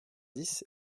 dix